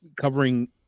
covering